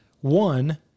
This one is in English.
one